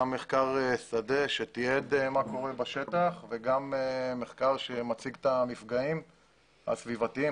גם מחקר שדה שתיעד מה קורה בשטח וגם מחקר שמציג את המפגעים הסביבתיים,